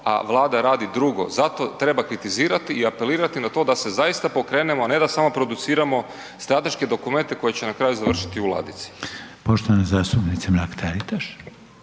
a Vlada radi drugo. Zato treba kritizirati i apelirati na to da se zaista pokrenemo, a ne da samo produciramo strateške dokumente koji će na kraju završiti u ladici.